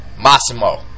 Massimo